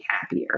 happier